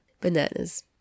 Bananas